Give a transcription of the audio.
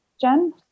Jen